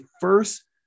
first